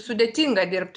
sudėtinga dirbt